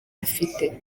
afite